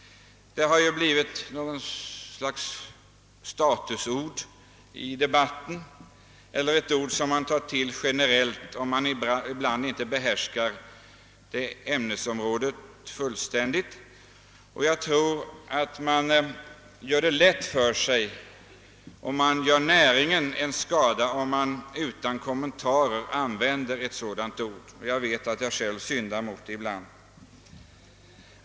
Detta har blivit något slags statusord i debatten eller ett ord som man generellt tillgriper om man inte behärskar det ämnesområde som diskuteras. Jag tror att man gör det lätt för sig och näringslivet skada, om man utan kommentarer använder ett sådant ord — jag vet att jag själv syndar härvidlag ibland.